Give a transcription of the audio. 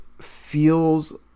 feels